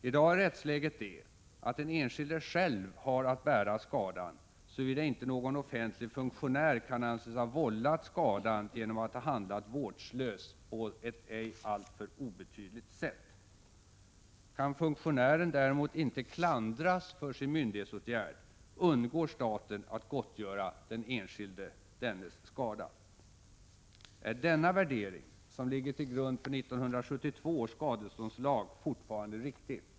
I dag är rättsläget det att den enskilde själv har att bära skadan, såvida inte någon offentlig funktionär kan anses ha vållat skadan genom att ha handlat vårdslöst på ett ej alltför obetydligt sätt. Kan funktionären däremot icke klandras för sin myndighetsåtgärd, undgår staten att gottgöra den enskilde dennes skada. Är denna värdering, som ligger till grund för 1972 års skadeståndslag, fortfarande riktig?